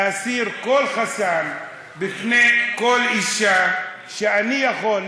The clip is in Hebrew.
להסיר כל חסם בפני כל אישה שאני יכול,